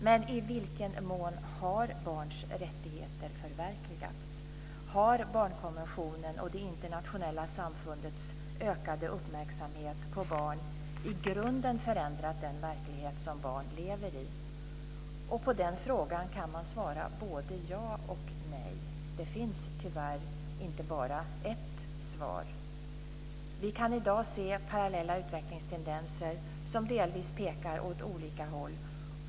Men i vilken mån har barns rättigheter förverkligats? Har barnkonventionen och det internationella samfundets ökade uppmärksamhet på barn i grunden förändrat den verklighet som barn lever i? På den frågan kan man svara både ja och nej. Det finns tyvärr inte bara ett svar. Vi kan i dag se parallella utvecklingstendenser som delvis pekar åt olika håll.